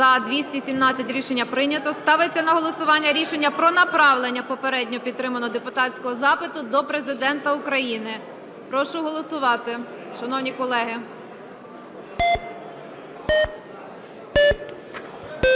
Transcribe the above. За-217 Рішення прийнято. Ставиться на голосування рішення про направлення попередньо підтриманого депутатського запиту до Президента України. Прошу голосувати, шановні колеги.